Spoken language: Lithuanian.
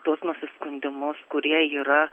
tuos nusiskundimus kurie yra